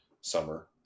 summer